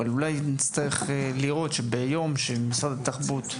אבל אולי נצטרך לראות שביום שמשרד התרבות,